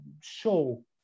show